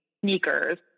sneakers